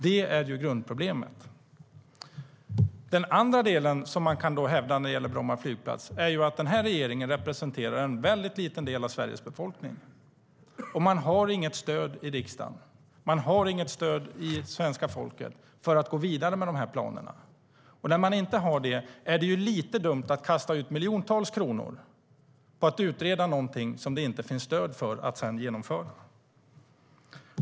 Det är grundproblemet. Den andra del som man kan hävda när det gäller Bromma flygplats är att den här regeringen representerar en mycket liten del av Sveriges befolkning. Man har inget stöd i riksdagen och inget stöd i svenska folket för att gå vidare med de här planerna. När man inte har det är det lite dumt att kasta ut miljontals kronor på att utreda någonting som det inte finns stöd för att sedan genomföra.